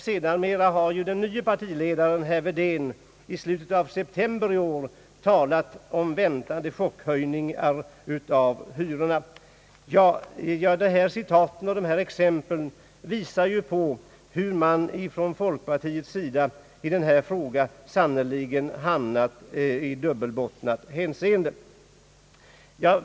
Sedermera har den nye Dessa exempel visar hur folkpartiet i denna fråga bedriver en dubbelbottnad politik.